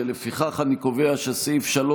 ולפיכך אני קובע שסעיף 3,